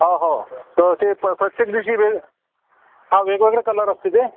हो हो त ते प प्रत्येक दिवशी वेग हां वेगवेगळे कलर असते ते